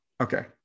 Okay